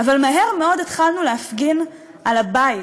אבל מהר מאוד התחלנו להפגין על הבית,